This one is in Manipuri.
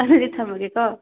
ꯑꯗꯨꯗꯤ ꯊꯝꯃꯒꯦꯀꯣ